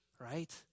right